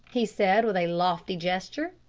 he said with a lofty gesture.